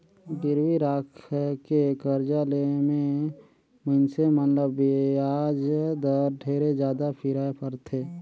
गिरवी राखके करजा ले मे मइनसे मन ल बियाज दर ढेरे जादा फिराय परथे